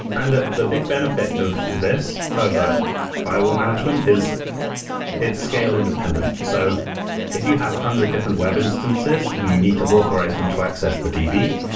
and the the big benefit of this of a firewall management is it's scale independent. so if you have one hundred different web instances and you need to authorize them to access the db,